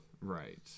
right